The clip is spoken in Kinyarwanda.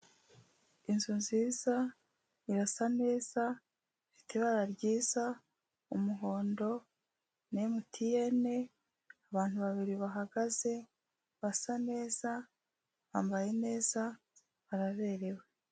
Inzu nziza, irasa neza, ifite ibara ryiza, umuhondo, ni MTN, abantu babiri bahagaze basa neza, bambaye neza, baraberewe.